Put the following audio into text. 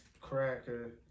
Cracker